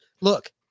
look